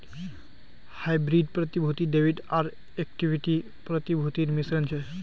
hybrid प्रतिभूति debit आर equity प्रतिभूतिर मिश्रण छ